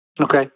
Okay